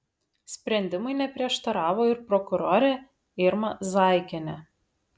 sprendimui neprieštaravo ir prokurorė irma zaikienė